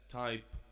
type